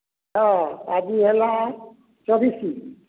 ହଁ ଆଜି ହେଲା ଚବିଶି